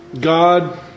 God